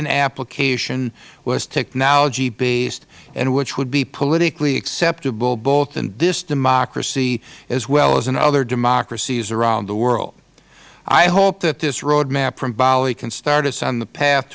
in application was technology based and which would be politically acceptable both in this democracy as well as in other democracies around the world i hope that this road map from bali can start us on the path